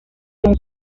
jones